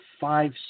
five